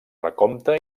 recompte